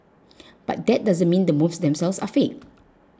but that doesn't mean the moves themselves are fake